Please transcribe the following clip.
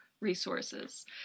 resources